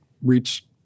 reach